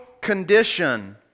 condition